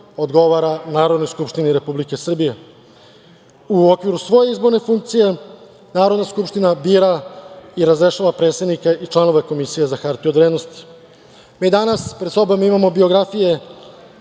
odgovara Narodnoj skupštini Republike Srbije. U okviru svoje izborne funkcije, Narodna skupština bira i razrešava predsednika i članove Komisije za hartije od vrednosti. Mi danas pred sobom imamo biografije